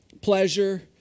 pleasure